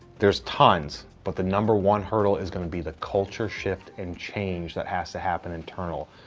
there's tons, but the number one hurdle is going to be the culture shift and change that has to happen internal.